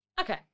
Okay